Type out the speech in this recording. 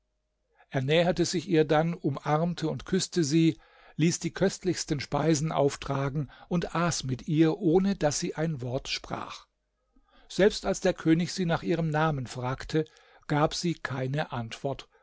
er näherte sich ihr dann umarmte und küßte sie ließ die köstlichsten speisen auftragen und aß mit ihr ohne daß sie ein wort sprach selbst als der könig sie nach ihrem namen fragte gab sie keine antwort